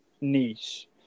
niche